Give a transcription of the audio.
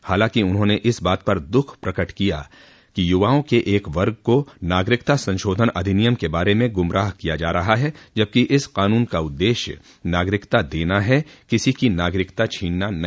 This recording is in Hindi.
हालांकि उन्होंने इस बात पर दुख प्रकट किया कि युवाओं के एक वर्ग को नागरिकता संशाधन अधिनियम के बारे में गुमराह किया जा रहा है जबकि इस कानून का उद्देश्य नागरिकता देना है किसी की नागरिकता छीनना नहीं